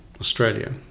Australia